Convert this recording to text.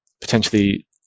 potentially